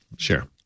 Sure